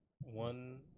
One